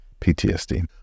PTSD